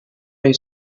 类似